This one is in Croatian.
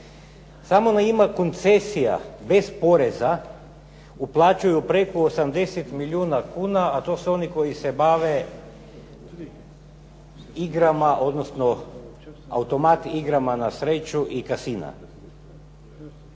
Samo na ime koncesija bez poreza, uplaćuju preko 80 milijuna kuna, a to su oni koji se bave igrama, odnosno automatima igrama na sreću i casina.